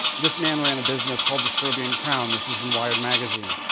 this man ran a business called the serbian crown this is in wired magazine.